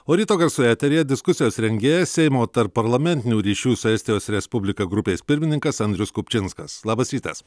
o ryto garsų eteryje diskusijos rengėjas seimo tarpparlamentinių ryšių su estijos respublika grupės pirmininkas andrius kupčinskas labas rytas